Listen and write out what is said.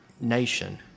nation